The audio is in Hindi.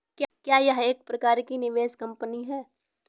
क्या यह एक प्रकार की निवेश कंपनी है?